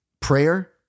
Prayer